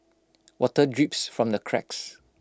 water drips from the cracks